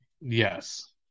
Yes